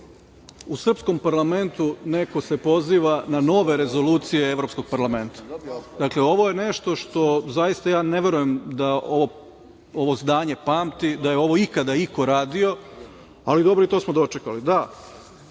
u srpskom parlamentu neko se poziva na nove rezolucije Evropskog parlamenta. Ovo je nešto što zaista ja ne verujem da ovo zdanje pamti, da je ovo ikada iko radio, ali dobro, i to smo dočekali. Da,